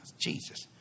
Jesus